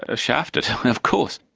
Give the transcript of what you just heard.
ah shafted of course!